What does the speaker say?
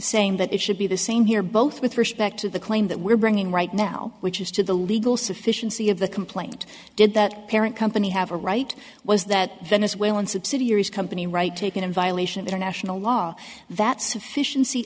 saying that it should be the same here both with respect to the claim that we're bringing right now which is to the legal sufficiency of the complaint did that parent company have a right was that venezuelan subsidiaries company right taken in violation of international law that sufficien